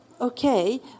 okay